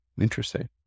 Interesting